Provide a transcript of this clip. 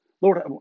Lord